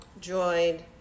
joined